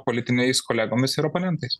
politiniais kolegomis ir oponentais